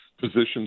positions